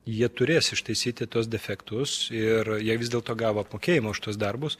jie turės ištaisyti tuos defektus ir jie vis dėlto gavo apmokėjimą už tuos darbus